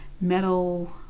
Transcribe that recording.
metal